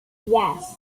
yes